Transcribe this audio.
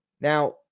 Now